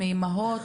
מאימהות?